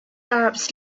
arabs